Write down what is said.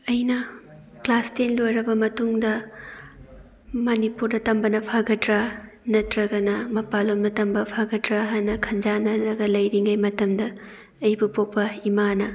ꯑꯩꯅ class ten ꯂꯣꯏꯔꯕ ꯃꯇꯨꯡꯗ ꯃꯅꯤꯄꯨꯔꯗ ꯇꯝꯕꯅ ꯐꯒꯗ꯭ꯔꯥ ꯅꯠꯇ꯭ꯔꯒꯅ ꯃꯄꯥꯟ ꯂꯝꯗ ꯇꯝꯕ ꯐꯒꯗ꯭ꯔꯥ ꯍꯥꯏꯅ ꯈꯟꯖꯥꯟꯅꯔꯒ ꯂꯩꯔꯤꯉꯩ ꯃꯇꯝꯗ ꯑꯩꯕꯨ ꯄꯣꯛꯄ ꯏꯃꯥꯅ